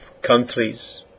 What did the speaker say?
Countries